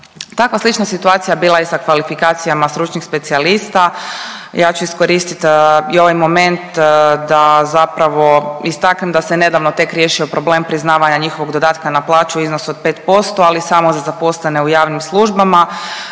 Takva slična situacija bila je i sa kvalifikacijama stručnih specijalista. Ja ću iskoristit i ovaj moment da zapravo istaknem da se nedavno tek riješio problem priznavanja njihovog dodatka na plaću u iznosu od 5%, ali samo za zaposlene u javnim službama,